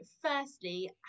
firstly